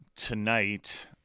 Tonight